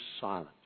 silent